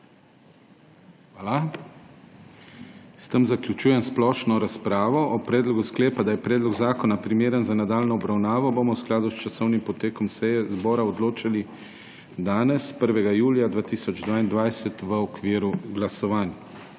Hvala. S tem zaključujem splošno razpravo. O predlogu sklepa, da je predlog zakona primeren za nadaljnjo obravnavo, bomo v skladu s časovnim potekom seje zbora odločali danes, 1. julija 2022, v okviru glasovanj.